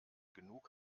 genug